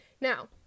Now